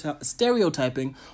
stereotyping